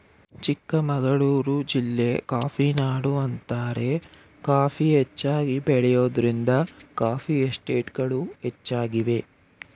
ಚಿಕ್ಕಮಗಳೂರು ಜಿಲ್ಲೆ ಕಾಫಿನಾಡು ಅಂತಾರೆ ಕಾಫಿ ಹೆಚ್ಚಾಗಿ ಬೆಳೆಯೋದ್ರಿಂದ ಕಾಫಿ ಎಸ್ಟೇಟ್ಗಳು ಹೆಚ್ಚಾಗಿವೆ